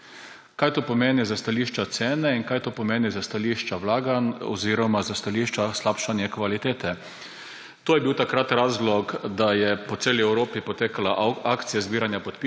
kaj to pomeni s stališča cene in kaj to pomeni s stališča vlaganj oziroma s stališča slabšanja kvalitete. To je bil takrat razlog, da je po celi Evropi potekala akcija zbiranja podpisov.